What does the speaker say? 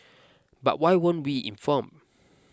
but why weren't we informed